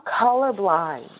colorblind